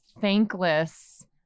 thankless